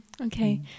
Okay